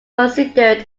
considered